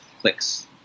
clicks